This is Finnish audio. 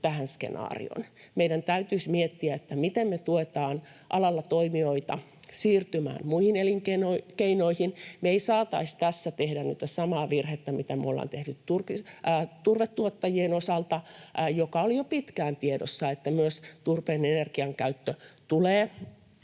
tähän skenaarioon. Meidän täytyisi miettiä, miten me tuetaan alalla toimijoita siirtymään muihin elinkeinoihin. Me ei saataisi tässä tehdä sitä samaa virhettä, mitä me ollaan tehty turvetuottajien osalta, kun on ollut jo pitkään tiedossa, että myös turpeen energiakäyttö tulee